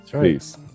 Peace